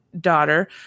daughter